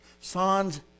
Songs